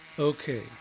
Okay